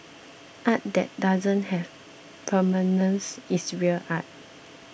art that doesn't have permanence is real art